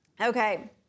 Okay